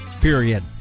period